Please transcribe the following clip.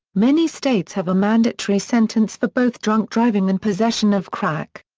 many states have a mandatory sentence for both drunk driving and possession of crack.